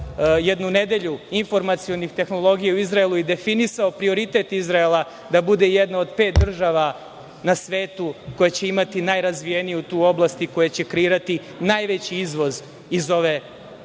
jednu nedelju informacionih tehnologija u Izraelu i definisao prioritet Izraela da bude jedna od pet država na svetu koja će imati najrazvijeniju tu oblast i koja će imati najveći izvoz iz ove